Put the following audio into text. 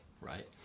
right